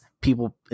people –